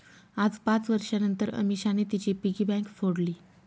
आज पाच वर्षांनतर अमीषाने तिची पिगी बँक फोडली